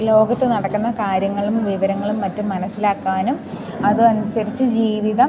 ലോകത്ത് നടക്കുന്ന കാര്യങ്ങളും വിവരങ്ങളും മറ്റും മനസ്സിലാക്കാനും അത് അനുസരിച്ച് ജീവിതം